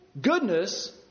goodness